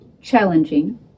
challenging